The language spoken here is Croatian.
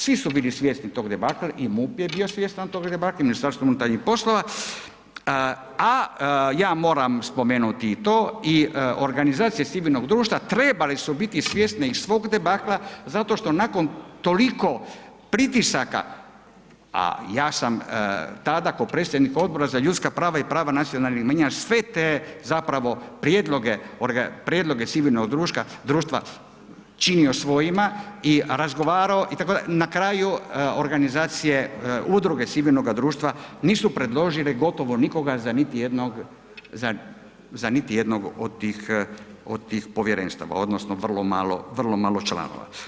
Svi su bili svjesni tog debakla i MUP je bio svjestan tog debakla i Ministarstvo unutarnjih poslova, a ja moram spomenuti i to i organizacije civilnog društva trebale su biti svjesne i svog debakla zato što nakon toliko pritisaka, a sam tada kao predsjednik Odbora za ljudska prava i prava nacionalnih manjina sve te zapravo prijedloge, prijedloge civilnog društva činio svojima i razgovarao itd., na kraju organizacije udruge civilnoga društva nisu predložile gotovo nikoga za niti jednog, za niti jednog od tih povjerenstava odnosno vrlo malo članova.